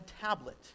tablet